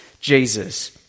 Jesus